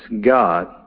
God